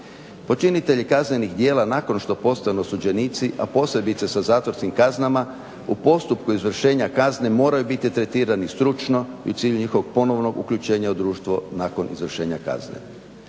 Počinitelji kaznenih djela nakon što postanu osuđenici, a posebice sa zatvorskim kaznama u postupku izvršenja kazne moraju biti tretirani stručno i u cilju njihovog ponovnog uključenja u društvo nakon izvršenja kazne.